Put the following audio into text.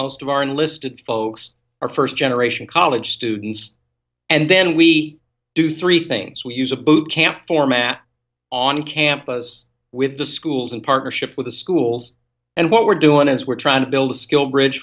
most of our enlisted folks are first generation college students and then we do three things we use a boot camp format on campus with the schools in partnership with the schools and what we're doing is we're trying to build a skill bridge